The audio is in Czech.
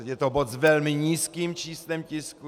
Je to bod s velmi nízkým číslem tisku.